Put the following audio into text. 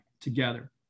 together